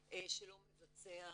הממשלה.